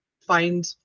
find